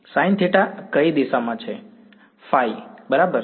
sine theta કઈ દિશામાં છે ϕˆ બરાબર